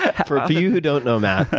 ah you who don't know matt,